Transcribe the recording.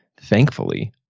thankfully